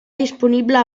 disponible